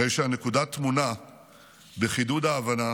הרי שהנקודה טמונה בחידוד ההבנה